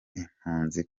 impunzi